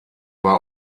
war